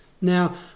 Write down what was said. Now